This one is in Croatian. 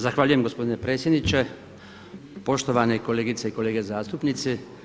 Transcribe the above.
Zahvaljujem gospodine predsjedniče, poštovane kolegice i kolege zastupnici.